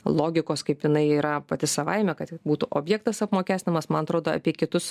logikos kaip jinai yra pati savaime kad tik būtų objektas apmokestinamas man atrodo apie kitus